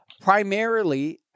primarily